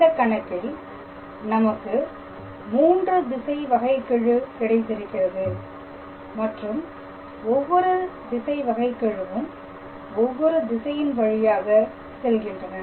இந்தக் கணக்கில் நமக்கு 3 திசை வகைகெழு கிடைத்திருக்கிறது மற்றும் ஒவ்வொரு திசை வகைகெழுவும் ஒவ்வொரு திசையின் வழியாக செல்கின்றன